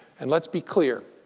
and let's be clear.